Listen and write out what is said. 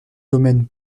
domaine